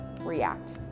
react